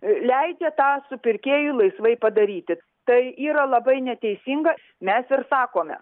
leidžia tą supirkėjui laisvai padaryti tai yra labai neteisinga mes ir sakome